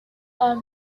are